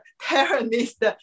terrorist